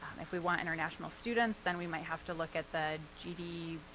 if we want international students then we might have to look at the gdpr,